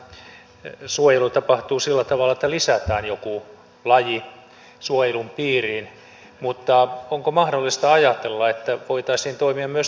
yleensähän suojelu tapahtuu sillä tavalla että lisätään joku laji suojelun piiriin mutta onko mahdollista ajatella että voitaisiin toimia myös toisinpäin